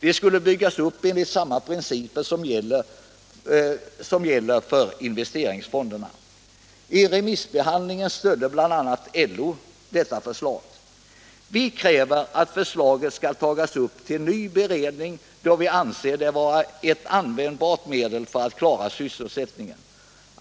De skulle byggas upp enligt samma principer som gäller för investeringsfonderna. Vid remissbehandlingen stödde bl.a. LO detta förslag. Vi kräver att förslaget skall tas upp till ny beredning, då vi anser det vara användbart när det gäller att klara sysselsättningen.